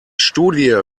studie